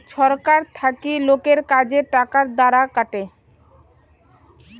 ছরকার থাকি লোকের কাজের টাকার দ্বারা কাটে